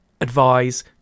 advise